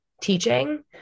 teaching